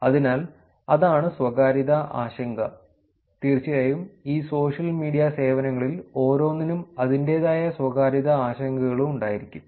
അതിനാൽ അതാണ് സ്വകാര്യതാ ആശങ്ക തീർച്ചയായും ഈ സോഷ്യൽ മീഡിയ സേവനങ്ങളിൽ ഓരോന്നിനും അതിന്റേതായ സ്വകാര്യതാ ആശങ്കകളും ഉണ്ടായിരിക്കും